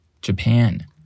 Japan